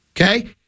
Okay